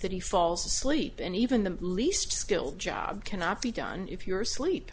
that he falls asleep and even the least skilled job cannot be done if you're sleep